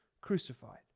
crucified